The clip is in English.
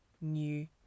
new